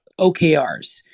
OKRs